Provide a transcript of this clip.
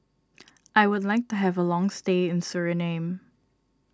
I would like to have a long stay in Suriname